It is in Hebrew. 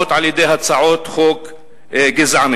לרבות על-ידי הצעות חוק גזעניות?